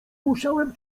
musiałem